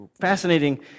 fascinating